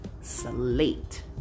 slate